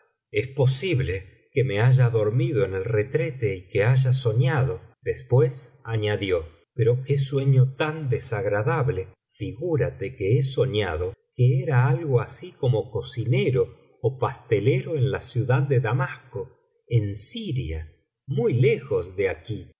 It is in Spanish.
es posible que me haya dormido en el retrete y que haya soñado después añadió pero qué sueno tan desagradable figúrate que he soñado que era algo así como cocinero ó pastelero en la ciudad de damasco en siria muy lejos de aquí